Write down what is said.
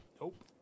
Nope